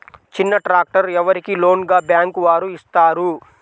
చిన్న ట్రాక్టర్ ఎవరికి లోన్గా బ్యాంక్ వారు ఇస్తారు?